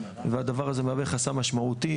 והדבר הזה מהווה חסם משמעותי.